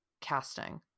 casting